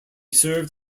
served